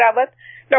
Rawat Dr